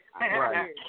Right